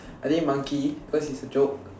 I think monkey because he's a joke